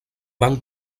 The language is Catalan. van